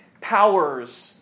powers